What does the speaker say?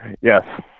yes